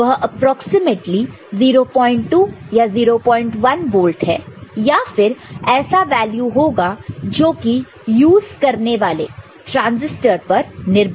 वह अप्रॉक्सीमेटली 02 या 01 वोल्ट है या फिर ऐसा वैल्यू होगा जो कि यूज करने वाले ट्रांसिस्टर पर निर्भर है